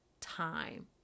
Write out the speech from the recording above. time